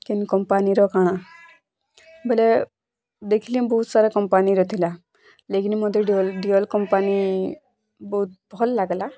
କେନ୍ କମ୍ପାନୀର କାଣା ବେଲେ ଦେଖଲି ବହୁତ୍ ସାରା କମ୍ପାନୀର ଥିଲା ଲେକିନ୍ ମତେ ଡ଼େଲ୍ ଡ଼େଲ୍ କମ୍ପାନୀ ବହୁତ୍ ଭଲ୍ ଲାଗଲା